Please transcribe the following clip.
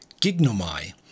gignomai